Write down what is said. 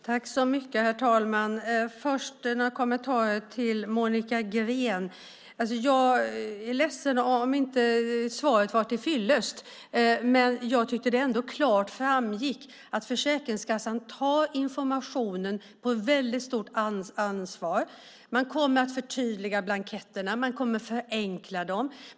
Herr talman! Först vill jag rikta några kommentarer till Monica Green. Jag är ledsen om svaret inte var tillfyllest. Jag tycker att det ändå klart framgick att Försäkringskassan tar informationen på väldigt stort allvar. Man kommer att förtydliga blanketterna och förenkla dem.